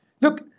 Look